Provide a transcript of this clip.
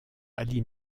ali